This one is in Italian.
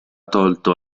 tolto